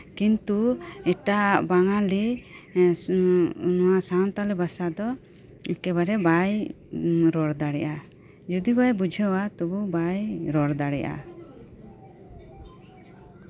ᱠᱤᱱᱛᱩ ᱮᱴᱟᱜ ᱵᱟᱝᱟᱞᱤ ᱮᱫ ᱱᱚᱶᱟ ᱥᱟᱱᱛᱟᱞᱤ ᱵᱷᱟᱥᱟ ᱫᱚ ᱮᱠᱮᱵᱟᱨᱮ ᱵᱟᱭ ᱨᱚᱲ ᱫᱟᱲᱮᱭᱟᱜᱼᱟ ᱡᱚᱫᱤ ᱵᱟᱭ ᱵᱩᱡᱷᱟᱹᱣᱟᱹ ᱛᱚᱵᱩ ᱵᱟᱭ ᱨᱚᱲ ᱫᱟᱲᱮᱭᱟᱜᱼᱟ